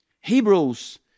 Hebrews